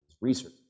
research